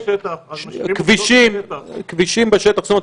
הם משאירים כלים בשטח, הם משאירים עובדות בשטח.